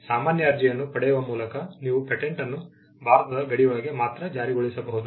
ಸಾಮಾನ್ಯ ಅರ್ಜಿಯನ್ನು ಪಡೆಯುವ ಮೂಲಕ ನೀವು ಪೇಟೆಂಟ್ ಅನ್ನು ಭಾರತದ ಗಡಿಯೊಳಗೆ ಮಾತ್ರ ಜಾರಿಗೊಳಿಸಬಹುದು